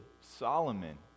Solomon